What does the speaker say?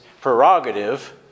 prerogative